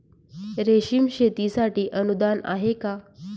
रेशीम शेतीसाठी अनुदान आहे का?